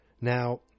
Now